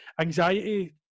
Anxiety